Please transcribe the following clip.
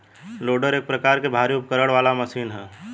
loader एक प्रकार के भारी उपकरण वाला मशीन ह